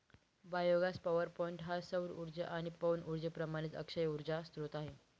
biogas power point हा सौर उर्जा आणि पवन उर्जेप्रमाणेच अक्षय उर्जा स्त्रोत आहे